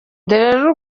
rero